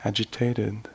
Agitated